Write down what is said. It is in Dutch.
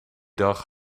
dag